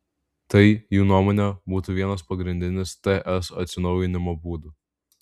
tai jų nuomone būtų vienas pagrindinių ts atsinaujinimo būdų